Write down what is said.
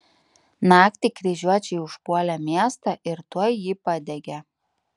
naktį kryžiuočiai užpuolė miestą ir tuoj jį padegė